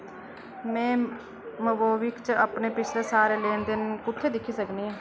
में मोबिविक च अपने पिछले सारे लैन देन कु'त्थै दिक्खी सकनी आं